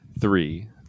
Three